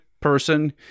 person